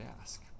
ask